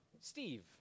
Steve